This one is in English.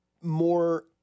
more